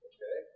Okay